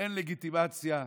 אין לגיטימציה,